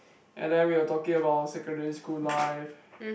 and then we're talking about secondary school life